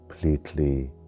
completely